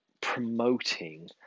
promoting